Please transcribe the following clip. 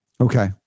Okay